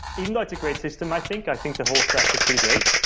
even though it's a great system i think, i think the whole stack is pretty great.